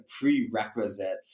prerequisite